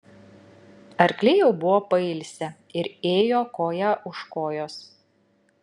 arkliai jau buvo pailsę ir ėjo koja už kojos